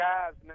Guys